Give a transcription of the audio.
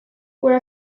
were